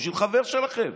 בשביל חבר שלכם,